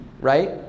right